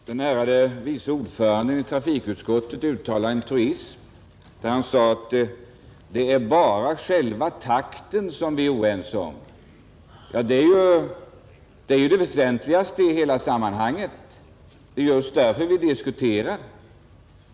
Herr talman! Den ärade vice ordföranden i trafikutskottet uttalade en falsk truism, när han sade att det är bara själva takten vi är oense om. Den är ju det väsentligaste i hela sammanhanget, och det är just därför vi diskuterar.